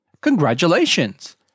Congratulations